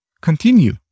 continue